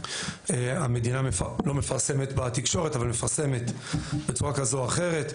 המדינה לא מפרסמת בתקשורת אבל היא מפרסמת בצורה כזו או אחרת,